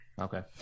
Okay